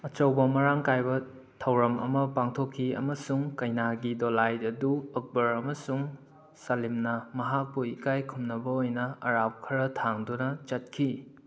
ꯑꯆꯧꯕ ꯃꯔꯥꯡ ꯀꯥꯏꯕ ꯊꯧꯔꯝ ꯑꯃ ꯄꯥꯡꯊꯣꯛꯈꯤ ꯑꯃꯁꯨꯡ ꯀꯩꯅꯥꯒꯤ ꯗꯣꯂꯥꯏ ꯑꯗꯨ ꯑꯛꯕꯔ ꯑꯃꯁꯨꯡ ꯁꯂꯤꯝꯅ ꯃꯍꯥꯛꯄꯨ ꯏꯀꯥꯏ ꯈꯨꯝꯅꯕ ꯑꯣꯏꯅ ꯑꯔꯥꯞ ꯈꯔ ꯊꯥꯡꯗꯨꯅ ꯆꯠꯈꯤ